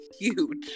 huge